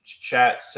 chat